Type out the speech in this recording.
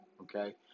okay